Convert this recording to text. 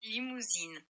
Limousine